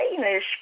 Danish